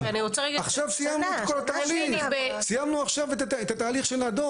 עכשיו סיימנו את כל התהליך.